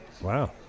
Wow